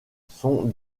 sont